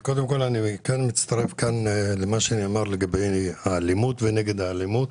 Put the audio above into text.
מצטרף לדברים שנאמרו לגבי האלימות ונגד האלימות.